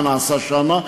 מה נעשה שם.